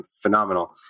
phenomenal